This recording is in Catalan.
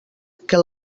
que